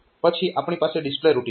પછી આપણી પાસે ડિસ્પ્લે રૂટીન છે